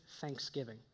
thanksgiving